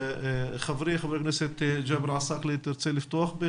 חברי חבר הכנסת ג'אבר עסאקלה, תרצה לפתוח?